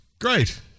great